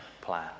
plan